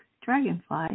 Dragonfly